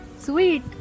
Sweet